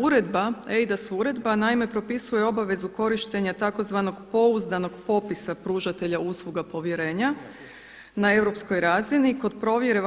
Uredba eIDAS uredba naime propisuje obavezu korištenja tzv. pouzdanog popisa pružatelja usluga povjerenja na europskoj razini kod provjere